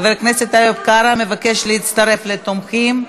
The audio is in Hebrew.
חבר הכנסת איוב קרא מבקש להצטרף לתומכים,